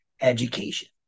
education